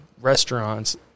restaurants